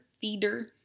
feeder